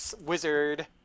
wizard